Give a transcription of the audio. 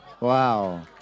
Wow